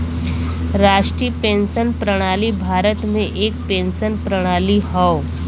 राष्ट्रीय पेंशन प्रणाली भारत में एक पेंशन प्रणाली हौ